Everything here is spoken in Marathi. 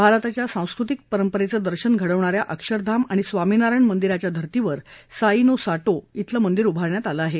भारताच्या सांस्कृतिक परंपरेचं दर्शन घडवणा या अक्षरधाम आणि स्वामीनारायण मंदिराच्या धर्तीवर साई नो साटो धिलं मंदिर उभारण्यात येणार आहे